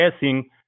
guessing